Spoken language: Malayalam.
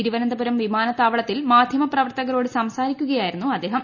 തിരുവനന്തപുരം വിമാനത്താവളത്തിൽ മാധൃമപ്രവർത്തകരോട് സംസാരിക്കുകയായിരുന്നു അദ്ദേഹം